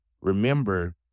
remember